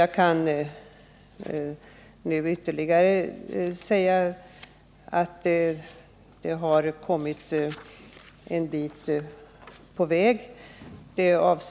Jag kan tillägga att ärendet har kommit en bit på väg.